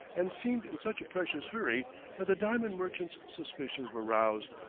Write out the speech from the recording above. and seemed in such a precious hurry that the diamond merchant's suspicions were roused.